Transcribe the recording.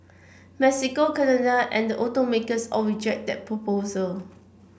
Mexico Canada and the automakers all reject that proposal